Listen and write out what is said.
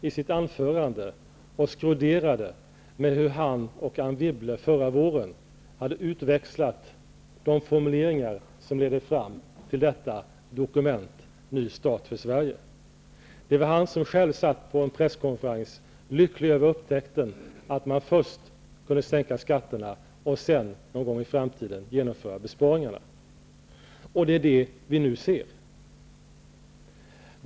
I sitt anförande skroderar han själv över hur han och Anne Wibble förra våren hade utväxlat de formuleringar som ledde fram till dokumentet Ny start för Sverige. Det var han själv som satt på en presskonferens och var lycklig över upptäckten att man först kunde sänka skatterna och sedan någon gång i framtiden genomföra besparingar. Det är det vi nu ser.